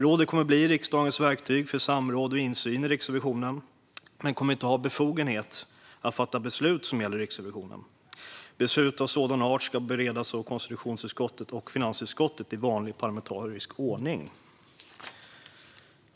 Rådet kommer att bli riksdagens verktyg för samråd och insyn i Riksrevisionen men kommer inte att ha befogenhet att fatta beslut som gäller Riksrevisionen. Beslut av sådan art ska beredas av konstitutionsutskottet och finansutskottet i vanlig parlamentarisk ordning.